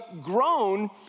grown